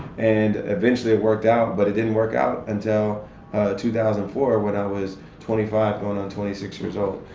and eventually it worked out, but it didn't work out until two thousand and four when i was twenty five going on twenty six years old,